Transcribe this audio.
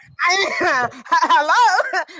hello